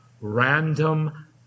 random